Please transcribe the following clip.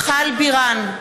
(קוראת בשמות חברי הכנסת) מיכל בירן,